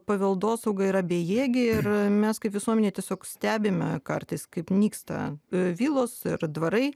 paveldosauga yra bejėgė ir mes kaip visuomenė tiesiog stebime kartais kaip nyksta vilos ir dvarai